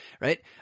right